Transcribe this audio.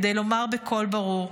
כדי לומר בקול ברור: